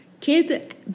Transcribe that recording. kid